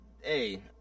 hey